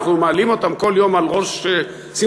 אנחנו מעלים אותם כל יום על ראש שמחתנו,